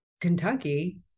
Kentucky